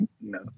No